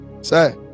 Say